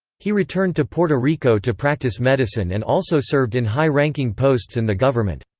he returned to puerto rico to practice medicine and also served in high-ranking posts in the government.